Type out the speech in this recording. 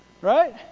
Right